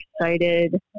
excited